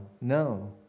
no